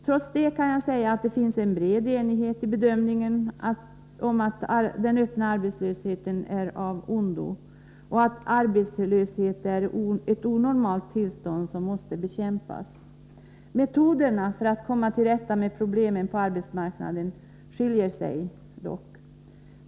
Trots det kan man säga att det finns en bred enighet i bedömningen att den öppna arbetslösheten är av ondo och att arbetslöshet är ett onormalt tillstånd som måste bekämpas. Metoderna för att komma till rätta med problemen på arbetsmarknaden skiljer sig dock.